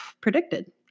predicted